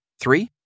Three